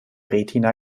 retina